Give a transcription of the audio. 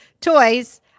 toys